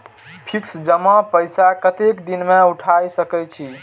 Fix जमा पैसा कतेक दिन में उठाई सके छी?